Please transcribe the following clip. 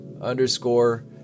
underscore